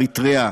אריתריאה,